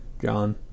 John